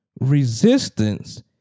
Resistance